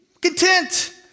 Content